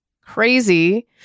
Crazy